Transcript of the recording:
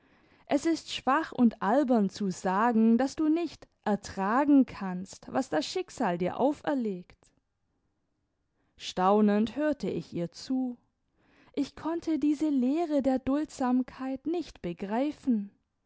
es ist schwach und albern zu sagen daß du nicht ertragen kannst was das schicksal dir auferlegt staunend hörte ich ihr zu ich konnte diese lehre der duldsamkeit nicht begreifen